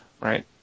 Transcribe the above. Right